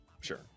sure